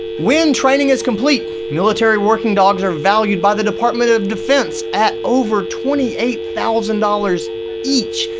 when training is complete, military working dogs are valued by the department of defense at over twenty eight thousand dollars each!